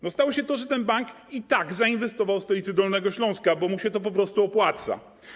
No stało się to, że ten bank i tak zainwestował w stolicy Dolnego Śląska, bo mu się to po prostu opłaca.